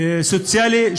סוציאלי,